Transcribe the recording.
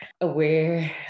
aware